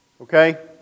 Okay